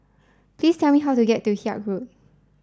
please tell me how to get to Haig Road